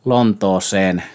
Lontooseen